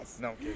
No